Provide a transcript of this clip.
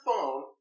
phone